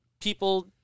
people